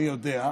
מי יודע,